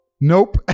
Nope